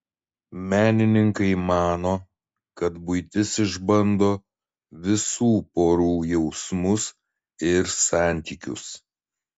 menininkai mano kad buitis išbando visų porų jausmus ir santykius